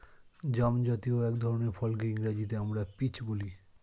জামজাতীয় এক ধরনের ফলকে ইংরেজিতে আমরা পিচ বলি